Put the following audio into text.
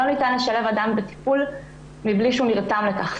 לא ניתן לשלב אדם בטיפול מבלי שהוא נרתם לכך.